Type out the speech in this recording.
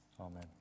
Amen